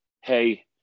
hey